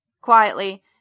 Quietly